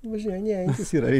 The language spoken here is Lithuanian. važinėjantis yra